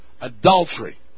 adultery